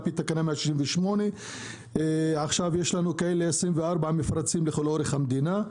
פי תקנה 168. יש לנו 24 מפרצים לכל אורך המדינה.